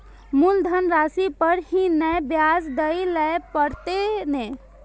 मुलधन राशि पर ही नै ब्याज दै लै परतें ने?